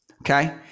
Okay